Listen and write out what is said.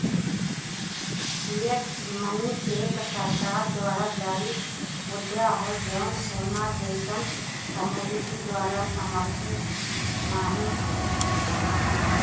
fiat money एक सरकार द्वारा जारी मुद्रा हौ जौन सोना जइसन कमोडिटी द्वारा समर्थित नाहीं हौ